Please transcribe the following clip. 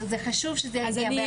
זה חשוב שזה יגיע לכולם.